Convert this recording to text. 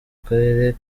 karere